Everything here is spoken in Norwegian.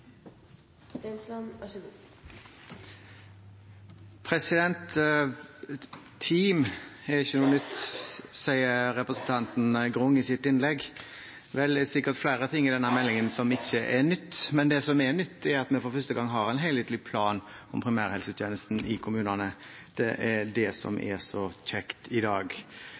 Grung i sitt innlegg. Vel, det er sikkert flere ting i denne meldingen som ikke er nytt. Men det som er nytt, er at vi for første gang har en helhetlig plan om primærhelsetjenesten i kommunene. Det er det som